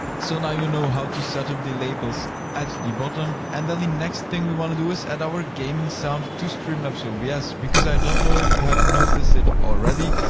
so now you know how to set up the labels at the bottom and then the next thing we wanna do is add our gaming sound to streamlabs so but obs because i don't know if you have noticed it already,